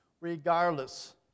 regardless